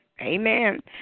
Amen